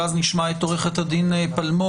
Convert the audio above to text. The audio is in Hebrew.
ואז נשמע את עו"ד פלמור.